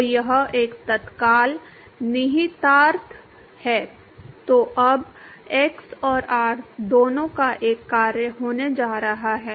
तो यह एक तत्काल निहितार्थ है जो अब x और r दोनों का एक कार्य होने जा रहा है